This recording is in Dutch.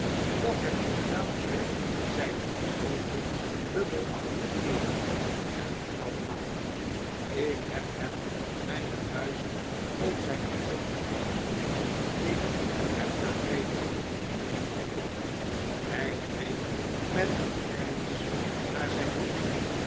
dat heb ik gedaan mijnheer zeide een groote lummelachtige kerel en trad nader ik heb hem mijne vuist op zijn gezicht geplant ik heb hem gegrepen mijnheer ik hij greep met een grijns naar zijn hoed